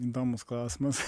įdomus klausimas